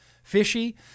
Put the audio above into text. fishy